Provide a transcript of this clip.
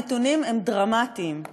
הנתונים הם דרמטיים,